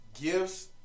gifts